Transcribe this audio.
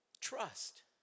Trust